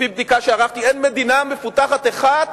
לפי בדיקה שערכתי, אין מדינה מפותחת אחת